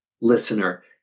listener